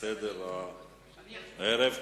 בסדר הערב.